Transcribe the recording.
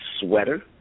sweater